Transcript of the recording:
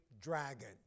dragon